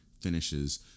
finishes